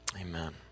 Amen